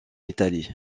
italie